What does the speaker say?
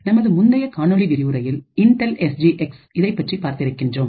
நமது முந்தைய காணொளி விரிவுரையில் இன்டெல் எஸ் ஜி எக்ஸ்இதைப்பற்றி பார்த்திருக்கின்றோம்